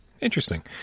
Interesting